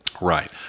Right